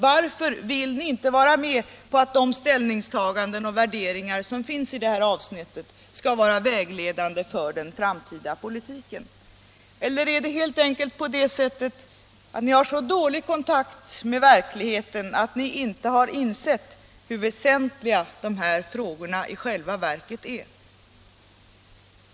Varför vill ni inte vara med på att de ställningstaganden och värderingar som finns i det här avsnittet skall vara vägledande för den framtida politiken? Eller är det helt enkelt på det sättet att ni har så dålig kontakt med verkligheten att ni inte har insett hur väsentliga dessa frågor i själva verket är?